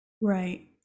Right